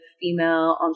female